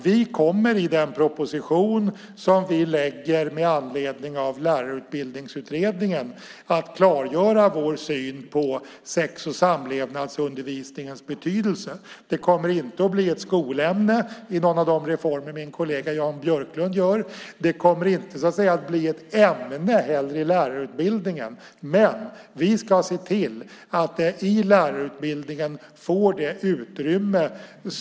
Vi kommer i den proposition som vi lägger fram med anledning av Lärarutbildningsutredningen att klargöra vår syn på sex och samlevnadsundervisningens betydelse. Det kommer inte att bli ett skolämne i någon av de reformer min kollega Jan Björklund gör. Det kommer inte heller att så att säga bli ett ämne i lärarutbildningen. Men vi ska se till att det i lärarutbildningen får utrymme.